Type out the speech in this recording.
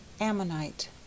ammonite